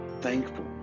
thankful